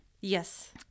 Yes